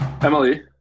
Emily